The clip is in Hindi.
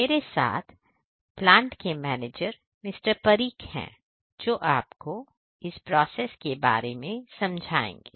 मेरे साथ प्लांट के मैनेजर मिस्टर परीक है जो आपको इस प्रोसेस बारे में समझाएंगे